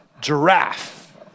giraffe